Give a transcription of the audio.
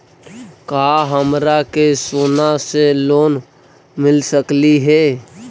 का हमरा के सोना से लोन मिल सकली हे?